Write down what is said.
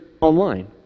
online